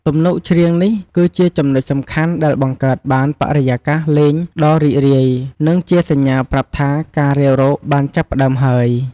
ទំនុកច្រៀងនេះគឺជាចំណុចសំខាន់ដែលបង្កើតបានបរិយាកាសលេងដ៏រីករាយ និងជាសញ្ញាប្រាប់ថាការរាវរកបានចាប់ផ្តើមហើយ។